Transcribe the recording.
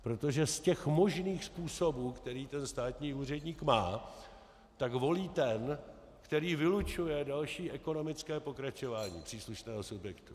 Protože z těch možných způsobů, které ten státní úředník má, volí ten, který vylučuje další ekonomické pokračování příslušného subjektu.